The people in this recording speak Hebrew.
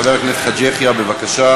חבר הכנסת חאג' יחיא, בבקשה.